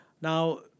Now